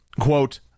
quote